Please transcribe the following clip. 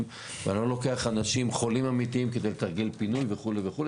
ואני לא לוקח חולים אמיתיים כדי לתרגל פינוי וכו' וכו'.